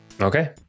Okay